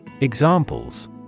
Examples